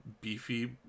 beefy